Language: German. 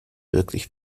wirklich